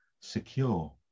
secure